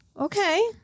okay